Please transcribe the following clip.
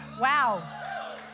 Wow